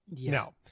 Now